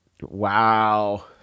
Wow